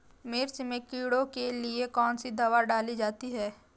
मिर्च में कीड़ों के लिए कौनसी दावा डाली जाती है?